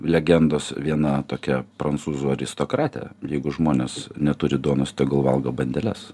legendos viena tokia prancūzų aristokratę jeigu žmonės neturi duonos tegul valgo bandeles